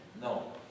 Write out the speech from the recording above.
No